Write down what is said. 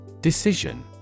Decision